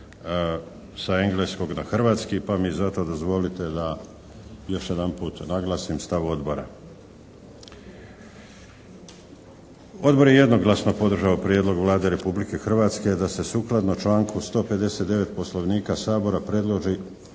sa engleskog na hrvatski pa mi zato dozvolite da još jedanput naglasim stav Odbora. Odbor je jednoglasno podržao prijedlog Vlade Republike Hrvatske da se sukladno članku 159. Poslovnika Sabora predloži